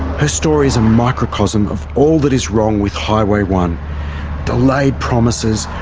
her story's a microcosm of all that is wrong with highway one delayed promises,